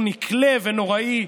הן נקלות ונוראיות,